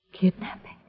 Kidnapping